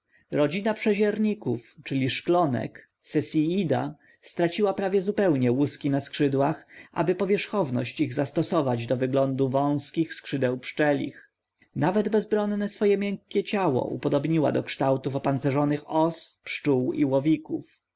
rodzina przezierników czyli szklonek sesiida straciła prawie zupełnie łuski na skrzydłach aby powierzchowność ich zastosować do wyglądu wązkich skrzydeł pszczolich nawet bezbronne swoje miękkie ciało upodobniła do kształtów opancerzonych os pszczół i łowików